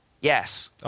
Yes